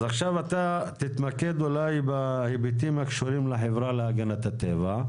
אז עכשיו תתמקד בהיבטים שקשורים לחברה להגנת הטבע,